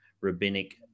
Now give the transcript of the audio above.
rabbinic